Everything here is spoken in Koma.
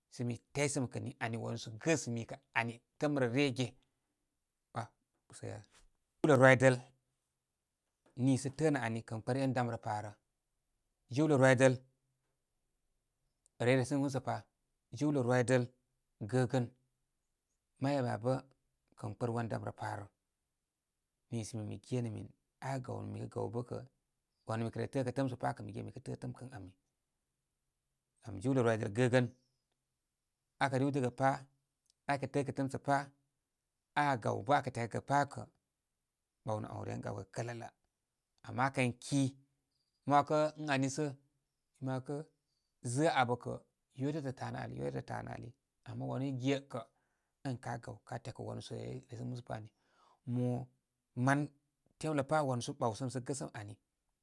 Sə mi tyisəmi kə' ni ani wanu sə gəsə mi kə' ani bə'ə' m rə ryə ge. rwidəl niisə tə'ə' nə' ani kən kpənen dani rə parə. Jiwlə rwidəl ren resəgə musəpa jiwlə rwidəl gəgən may wam bə' kə kpər wan damrə pa rə. Nisə mi mi genə min a kə' gaw mi kə' gaw bə' kə' wamu mi kə re təə kə təəmsə pa kə mi ge min mi kə tə'tə' tə'ə'm kə ən ami. Gam jiwlə rwidəl gəgə. Akə riwdəgə pa. Akə tə'ə'kə təəm sə pa. Akə gawbə akə tyakəgə pa'kəa. Bawnə aw ren gawkə' kə'lələ'. Ama a'kən ki, mautrn wakə' ən ami sə', mə 'wakə zə'ə' a abə kə yolətə, tanə ali, yotətə' ta nə ali. Ama wanu i ge kə' ən ka' gaw ka' tyakə wanūū. sə re ye re sogə musə pa ani. Mo man teməpa wan sə ɓaw səm sə gəsəm ani.